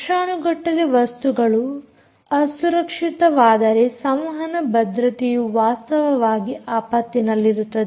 ಲಕ್ಷಾನುಗಟ್ಟಲೆ ವಸ್ತುಗಳು ಅಸುರಕ್ಷಿತವಾದರೆ ಸಂವಹನ ಭದ್ರತೆಯು ವಾಸ್ತವವಾಗಿ ಆಪತ್ತಿನಲ್ಲಿರುತ್ತದೆ